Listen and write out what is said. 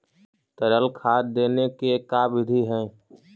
तरल खाद देने के का बिधि है?